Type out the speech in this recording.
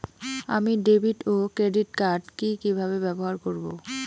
আমি ডেভিড ও ক্রেডিট কার্ড কি কিভাবে ব্যবহার করব?